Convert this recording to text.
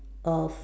of